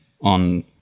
on